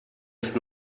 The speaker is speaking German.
ist